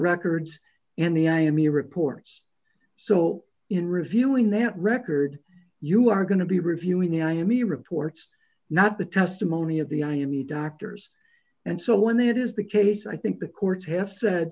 records and the i m u reports so in reviewing that record you are going to be reviewing the i am me reports not the testimony of the i m u doctors and so when it is the case i think the courts have said